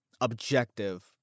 objective